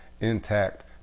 intact